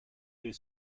their